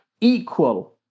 equal